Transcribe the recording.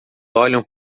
olham